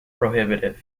prohibitive